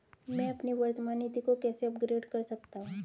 मैं अपनी वर्तमान नीति को कैसे अपग्रेड कर सकता हूँ?